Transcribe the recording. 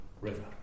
River